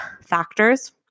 factors